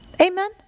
Amen